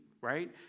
right